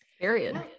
period